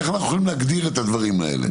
איך אנחנו יכולים להגדיר את הדברים האלה?